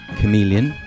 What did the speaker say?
chameleon